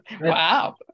Wow